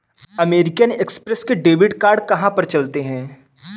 American Express के debit card कहाँ पर चलते हैं?